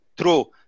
true